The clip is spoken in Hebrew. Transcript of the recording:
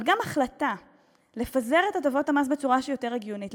אבל גם החלטה לפזר את הטבות המס בצורה יותר הגיונית,